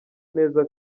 neza